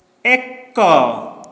ଏକ